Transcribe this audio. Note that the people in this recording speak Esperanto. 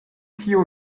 kiu